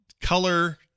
color